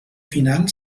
final